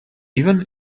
even